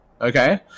okay